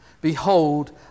Behold